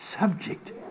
subject